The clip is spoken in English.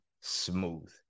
smooth